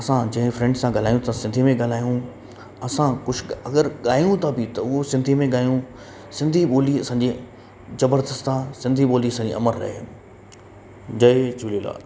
असां जंहिं फ्रैंड सां ॻाल्हायूं था सिंधीअ में ॻाल्हायूं असां कुझु क अगरि गायूं था बि उहो सिंधीअ में गायूं सिंधी ॿोली असांजी ज़बरदस्त आहे सिंधी ॿोली असांजी अमर रहे जय झूलेलाल